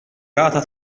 rata